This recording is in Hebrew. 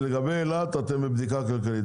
לגבי אילת, אתם בבדיקה כלכלית.